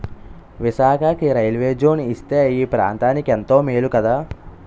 విశాఖకి railway zone ఇస్తే ఈ ప్రాంతనికెంతో మేలు కదా